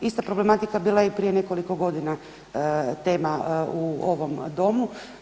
Ista problematika bila je i prije nekoliko godina tema u ovom domu.